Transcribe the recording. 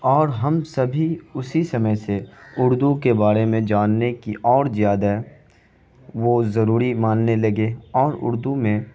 اور ہم سبھی اسی سمے سے اردو کے بارے میں جاننے کی اور زیادہ وہ ضروری ماننے لگے اور اردو میں